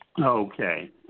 Okay